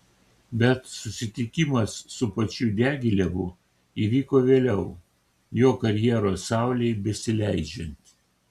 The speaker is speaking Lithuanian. bet susitikimas su pačiu diagilevu įvyko vėliau jo karjeros saulei besileidžiant